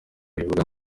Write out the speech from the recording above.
ribivuga